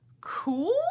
Cool